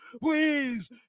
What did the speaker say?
Please